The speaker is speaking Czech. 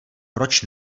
proč